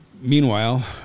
Meanwhile